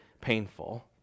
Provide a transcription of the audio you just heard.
painful